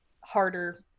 harder